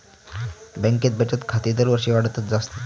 बँकेत बचत खाती दरवर्षी वाढतच आसत